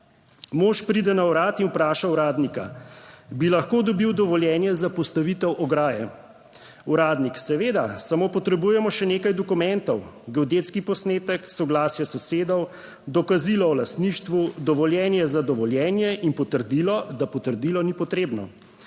Mož pride na urad in vpraša uradnika: Bi lahko dobil dovoljenje za postavitev ograje? Uradnik: Seveda samo potrebujemo še nekaj dokumentov: geodetski posnetek, soglasje sosedov, dokazilo o lastništvu, dovoljenje za dovoljenje in potrdilo, da potrdilo ni potrebno.